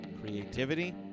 creativity